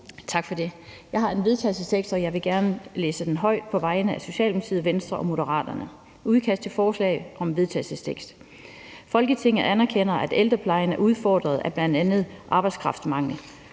Tak for det. Jeg har en vedtagelsestekst, som jeg gerne vil læse op på vegne af Socialdemokratiet, Venstre og Moderaterne: Forslag til vedtagelse »Folketinget anerkender, at ældreplejen er udfordret af bl.a. arbejdskraftmangel.